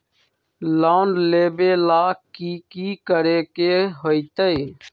Loan लेबे ला की कि करे के होतई?